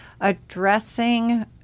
addressing